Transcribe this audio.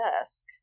desk